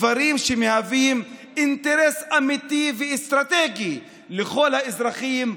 דברים שהם אינטרס אמיתי ואסטרטגי לכל האזרחים,